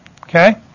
Okay